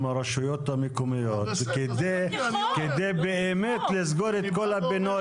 הרשויות המקומיות כדי באמת לסגור את כל הפינות